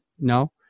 No